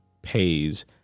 pays